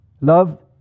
Love